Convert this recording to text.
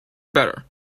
better